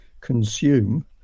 consume